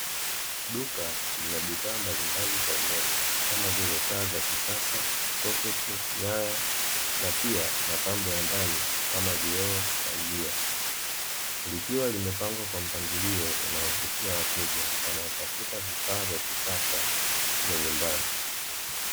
Duka lina bidhaa mbalimbali za umeme kama vile: taa za kisasa, soketi, nyaya; na pia mapambo ya ndani kama vio, pazia; likiwa limepangwa kwa mpangilio unaovutia wateja wanaotafuta vifaa vya kisasa vya nyumbani.